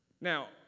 Now